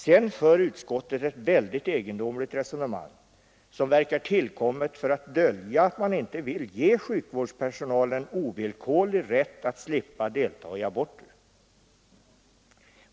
Sedan för utskottet ett väldigt egendomligt resonemang som verkar tillkommet för att dölja att man inte vill ge sjukvårdspersonalen en ovillkorlig rätt att slippa deltaga i aborter.